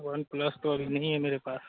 one plus तो अभी नहीं है मेरे पास